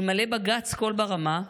אלמלא בג"ץ קול ברמה,